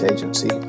Agency